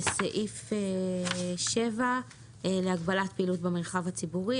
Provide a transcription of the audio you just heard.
וההוראות של סעיף 7 נגעו להגבלת פעילות במרחב הציבורי.